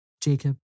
Jacob